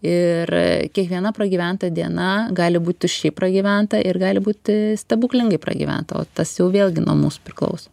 ir kiekviena pragyventa diena gali būt tuščiai pragyventa ir gali būti stebuklingai pragyventa o tas jau vėlgi nuo mūsų priklauso